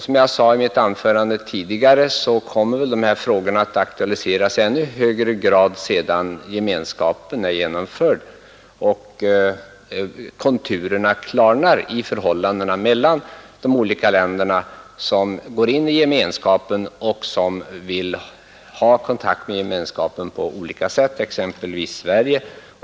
Som jag sade i mitt anförande tidigare kommer väl dessa frågor att aktualiseras i ännu högre grad sedan Gemenskapen är genomförd och konturerna klarnar i förhållandena mellan de olika länder som går in i Gemenskapen och som vill ha kontakt med Gemenskapen på olika sätt, exempelvis Sverige.